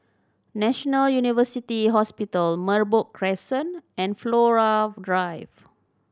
National University Hospital Merbok Crescent and Flora Drive